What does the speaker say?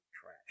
trash